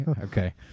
Okay